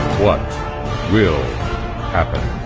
what will happen?